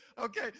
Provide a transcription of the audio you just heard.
Okay